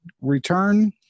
return